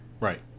right